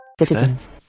citizens